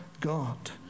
God